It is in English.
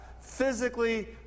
physically